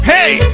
Hey